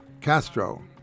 Castro